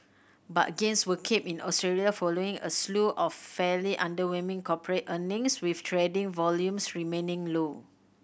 but gains were capped in Australia following a slew of fairly underwhelming corporate earnings with trading volumes remaining low